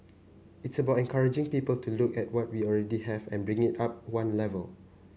it's about encouraging people to look at what we already have and bring it up one level